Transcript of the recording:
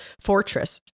fortress